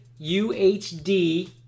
UHD